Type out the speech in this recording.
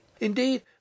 Indeed